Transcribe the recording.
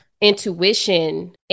intuition